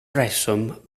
rheswm